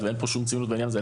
אין כאן ציניות בעניין הזה.